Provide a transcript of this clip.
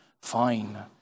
Fine